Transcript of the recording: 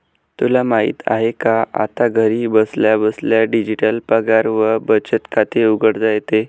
तुला माहित आहे का? आता घरी बसल्या बसल्या डिजिटल पगार व बचत खाते उघडता येते